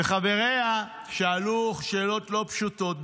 וחבריה שאלו שאלות לא פשוטות,